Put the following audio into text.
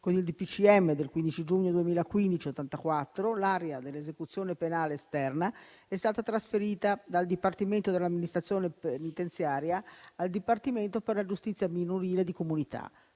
Con il DPCM del 15 giugno 2015 n. 84 l'area dell'esecuzione penale esterna è stata trasferita dal Dipartimento dell'amministrazione penitenziaria al Dipartimento per la giustizia minorile e di comunità.